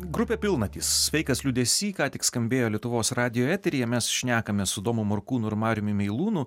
grupė pilnatys sveikas liūdesy ką tik skambėjo lietuvos radijo eteryje mes šnekamės su domu morkūnu ir mariumi meilūnu